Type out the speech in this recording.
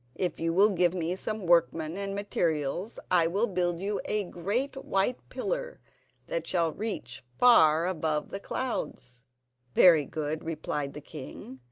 if you will give me some workmen and materials i will build you a great white pillar that shall reach far above the clouds very good replied the king.